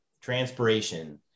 transpiration